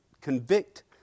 convict